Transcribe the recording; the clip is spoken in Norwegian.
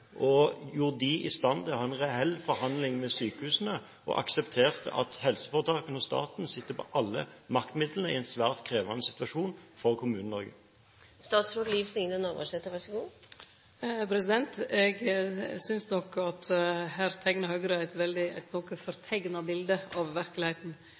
og gjorde dem i stand til å ha en reell forhandling med sykehusene, men aksepterte at helseforetakene og staten sitter på alle maktmidlene i en svært krevende situasjon for